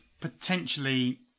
potentially